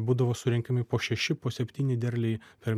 būdavo surinkimai po šeši po septyni derliai per